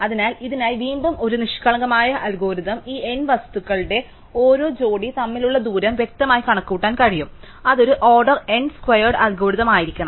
അതിനാൽ ഇതിനായി വീണ്ടും ഒരു നിഷ്കളങ്കമായ അൽഗോരിതം ഈ n വസ്തുക്കളുടെ ഓരോ ജോഡി തമ്മിലുള്ള ദൂരം വ്യക്തമായി കണക്കുകൂട്ടാൻ കഴിയും അത് ഒരു ഓർഡർ n സ്ക്വയേർഡ് അൽഗോരിതം ആയിരിക്കണം